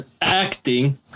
acting